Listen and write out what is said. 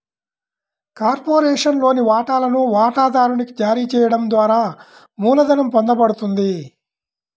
కార్పొరేషన్లోని వాటాలను వాటాదారునికి జారీ చేయడం ద్వారా మూలధనం పొందబడుతుంది